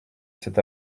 cet